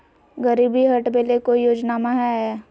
गरीबी हटबे ले कोई योजनामा हय?